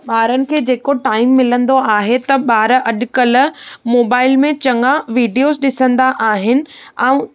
ॿारनि खे जेको टाईम मिलंदो आहे त ॿार अॼकल्ह मोबाइल मे चङा वीडियोस ॾिसंदा आहिनि ऐं